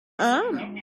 arm